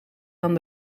aan